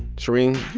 shereen,